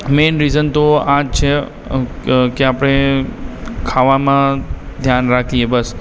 main reason તો આ જ છે કે આપણે ખાવામાં ધ્યાન રાખીએ બસ